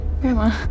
Grandma